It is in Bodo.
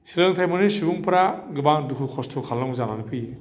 सोलोंथाय मोनै सुबुंफोरा गोबां दुखु कस्त' खालामनांगौ जानानै फैयो